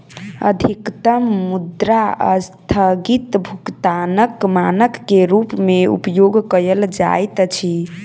अधिकतम मुद्रा अस्थगित भुगतानक मानक के रूप में उपयोग कयल जाइत अछि